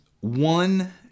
one